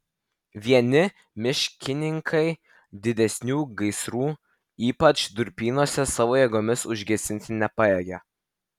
vieni miškininkai didesnių gaisrų ypač durpynuose savo jėgomis užgesinti nepajėgė